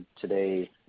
today